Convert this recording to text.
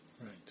Right